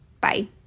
Bye